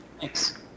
Thanks